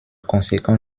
conséquent